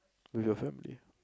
with your family